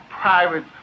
private